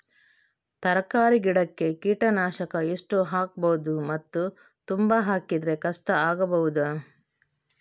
ತರಕಾರಿ ಗಿಡಕ್ಕೆ ಕೀಟನಾಶಕ ಎಷ್ಟು ಹಾಕ್ಬೋದು ಮತ್ತು ತುಂಬಾ ಹಾಕಿದ್ರೆ ಕಷ್ಟ ಆಗಬಹುದ?